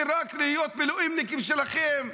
ורק להיות מילואימניקים שלכם.